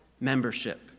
membership